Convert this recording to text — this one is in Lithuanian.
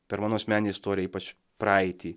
per mano asmeninę istoriją ypač praeitį